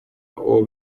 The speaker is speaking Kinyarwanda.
uwo